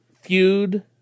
feud